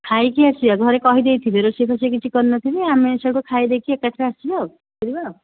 ଖାଇକି ଆସିବା ଘରେ କହି ଦେଇଥିବେ ରୋଷେଇ ଫୋଷେଇ କିଛି କରି ନ ଥିବେ ଆମେ ସେଉଠୁ ଖାଇଦେଇକି ଏକାଥରେ ଆସିବା ଆଉ ଫେରିବା ଆଉ